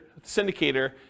syndicator